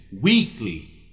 weekly